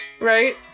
Right